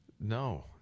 No